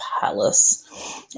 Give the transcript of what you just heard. Palace